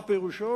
מה פירוש?